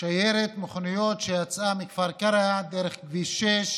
שיירת מכוניות שיצאה מכפר קרע דרך כביש 6,